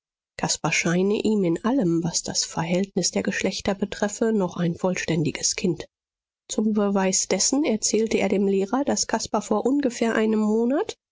scheine ihm in allem was das verhältnis der geschlechter betreffe noch ein vollständiges kind zum beweis dessen erzählte er dem lehrer daß caspar vor ungefähr einem monat